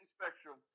spectrum